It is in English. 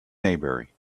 maybury